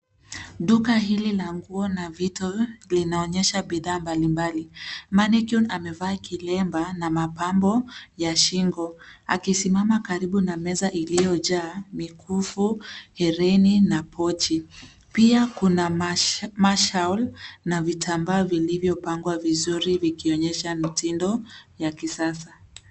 Duka hili la nguo na vitu linaonyesha bidhaa mbalimbali. Mannequin amevaa kilemba na mapambo ya shingo akisimama karibu na meza iliyojaa mikufu, herini na kochi. Pia kuna ma shaul na vitambaa vilivyopangwa vizuri vikionyesha mitindo ya kisasa.